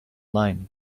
line